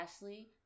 Ashley